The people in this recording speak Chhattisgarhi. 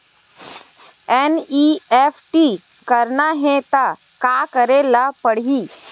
एन.ई.एफ.टी करना हे त का करे ल पड़हि?